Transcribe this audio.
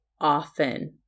often